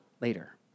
later